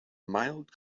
mild